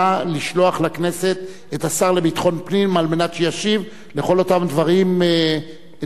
לשלוח לכנסת את השר לביטחון פנים כדי שישיב על כל אותם דברים נמרצים